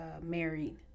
married